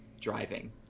driving